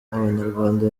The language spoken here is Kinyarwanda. abanyarwanda